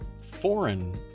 foreign